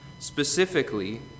Specifically